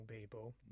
people